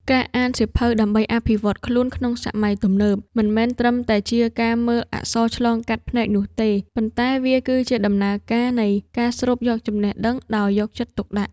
ការអានសៀវភៅដើម្បីអភិវឌ្ឍខ្លួនក្នុងសម័យទំនើប មិនមែនត្រឹមតែជាការមើលអក្សរឆ្លងកាត់ភ្នែកនោះទេ ប៉ុន្តែវាគឺជាដំណើរការនៃការស្រូបយកចំណេះដឹងដោយយកចិត្តទុកដាក់។